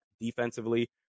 defensively